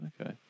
Okay